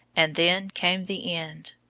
and then came the end.